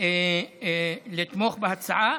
לתמוך בהצעה.